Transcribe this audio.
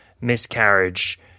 miscarriage